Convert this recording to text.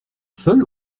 seul